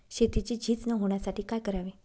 शेतीची झीज न होण्यासाठी काय करावे?